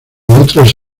otras